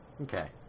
Okay